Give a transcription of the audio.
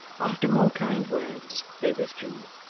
after more kind words, they withdrew,